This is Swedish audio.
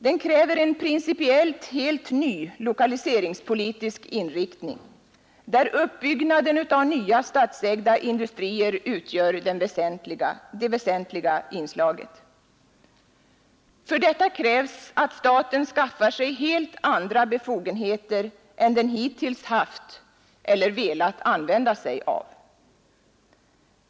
Den kräver en principiellt helt ny lokaliseringspolitisk inriktning, där uppbyggnaden av nya statsägda industrier utgör det väsentliga inslaget. För detta krävs att staten skaffar sig helt andra befogenheter än den hittills haft eller velat använda sig av.